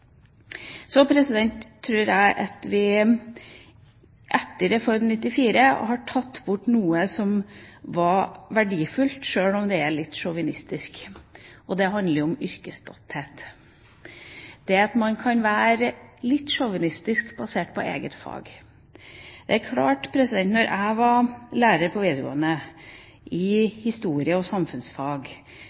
Så tror jeg at vi etter Reform 94 har tatt bort noe som var verdifullt, sjøl om det er litt sjåvinistisk. Det handler om yrkesstolthet, at man kan være litt sjåvinistisk på vegne av eget fag. Da jeg var lærer på videregående i historie og samfunnsfag,